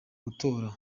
gutora